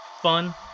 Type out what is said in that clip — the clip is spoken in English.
fun